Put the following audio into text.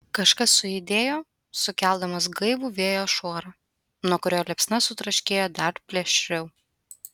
kažkas sujudėjo sukeldamas gaivų vėjo šuorą nuo kurio liepsna sutraškėjo dar plėšriau